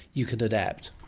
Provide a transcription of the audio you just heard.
you can adapt.